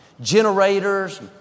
generators